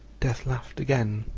death laughed again,